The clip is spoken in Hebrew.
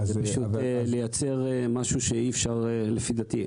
זה פשוט לייצר משהו שאי-אפשר לפי דעתי.